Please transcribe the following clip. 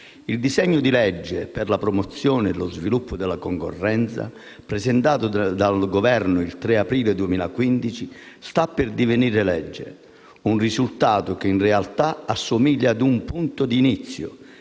Il disegno di legge per la promozione e lo sviluppo della concorrenza, presentato dal Governo il 3 aprile 2015, sta per divenire legge, un risultato che in realtà assomiglia più a un punto di inizio